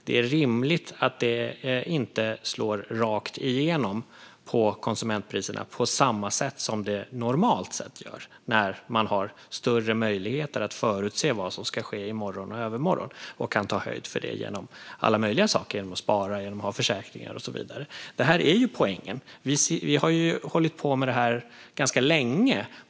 Det är rimligt att det inte slår rakt igenom på konsumentpriserna på samma sätt som det normalt gör när man har större möjligheter att förutse vad som ska ske i morgon och övermorgon och kan ta höjd för det genom alla möjliga saker, till exempel genom att spara, ha försäkringar och så vidare. Det är poängen. Vi har hållit på med det här ganska länge.